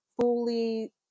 fully